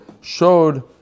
showed